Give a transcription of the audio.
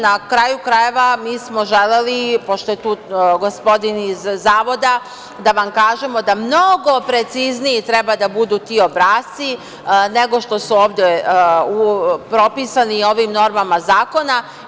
Na kraju krajeva mi smo želeli, pošto je tu gospodin iz Zavoda, da vam kažemo da mnogo precizniji treba da budu ti obrasci, nego što su ovde propisani ovima normama zakona.